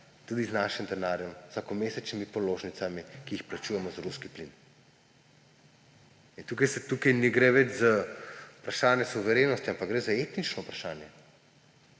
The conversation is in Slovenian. tudi z našim denarjem, z vsakomesečnimi položnicami, ki jih plačujemo za ruski plin. In tukaj ne gre več za vprašanje suverenosti, ampak gre za etično vprašanje.